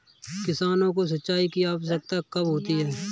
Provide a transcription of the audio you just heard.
किसानों को सिंचाई की आवश्यकता कब होती है?